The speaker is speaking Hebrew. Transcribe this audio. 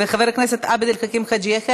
וחבר הכנסת עבד אל חכים חאג' יחיא,